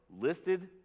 listed